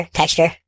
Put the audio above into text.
texture